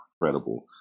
incredible